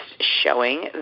showing